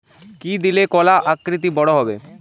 কি দিলে কলা আকৃতিতে বড় হবে?